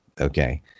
Okay